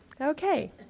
okay